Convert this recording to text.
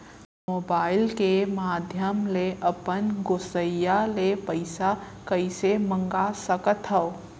Mobile के माधयम ले अपन गोसैय्या ले पइसा कइसे मंगा सकथव?